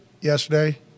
yesterday